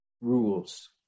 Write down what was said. rules